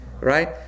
Right